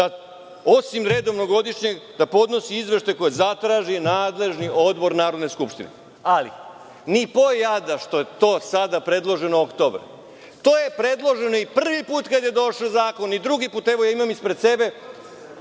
da, osim redovnog godišnjeg, podnosi izveštaj koji zatraži nadležni odbor Narodne skupštine, ali ni po jada što je to predloženo u oktobru. To je predloženo i prvi put kada je došao zakon i drugi put. Evo imam ispred sebe: